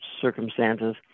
circumstances